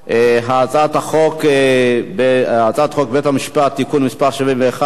הצעת חוק בתי-המשפט (תיקון מס' 71)